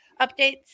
updates